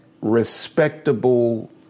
respectable